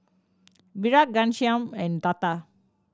Virat Ghanshyam and Tata